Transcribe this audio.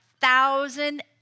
thousand